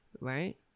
Right